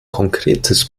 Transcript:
konkretes